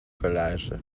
collage